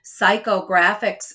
psychographics